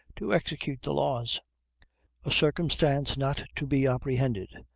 to execute the laws a circumstance not to be apprehended,